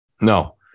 No